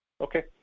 Okay